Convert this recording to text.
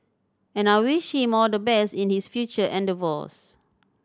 and I wish him all the best in his future endeavours